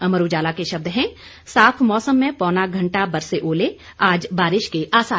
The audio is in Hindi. अमर उजाला के शब्द हैं साफ मौसम में पौना घंटा बरसे ओले आज बारिश के आसार